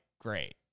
great